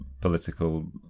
political